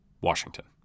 Washington